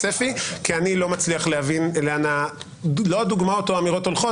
צפי כי אני לא מצליח להבין לאן הדוגמאות או האמירות הולכות